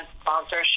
sponsorship